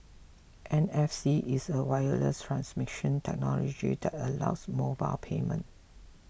N F C is a wireless transmission technology that allows mobile payment